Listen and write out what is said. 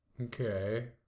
Okay